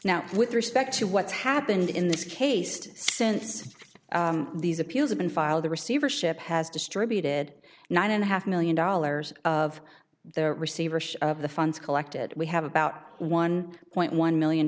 now with respect to what's happened in this case since these appeals have been filed the receivership has distributed nine and a half million dollars of their receivership the funds collected we have about one point one million